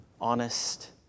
honest